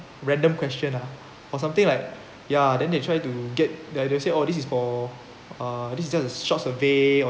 random question lah or something like ya then they try to get they they say oh this is for uh this just short survey